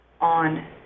on